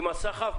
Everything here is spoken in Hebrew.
עם הסחף,